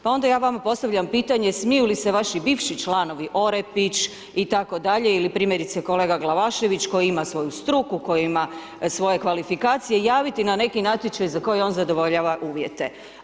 Pa onda ja vama postavljam pitanje, smiju li se vaši bivši članovi, Orepić itd. ili primjerice kolega Glavašević koji ima svoju struku, koji ima svoje kvalifikacije, javiti na neki natječaj za koji on zadovoljava uvjete?